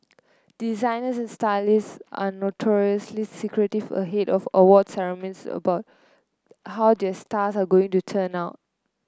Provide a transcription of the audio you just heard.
designers and stylists are notoriously secretive ahead of awards ceremonies about how their stars are going to turn out